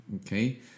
okay